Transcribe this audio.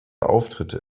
auftritte